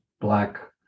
black